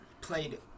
played